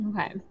Okay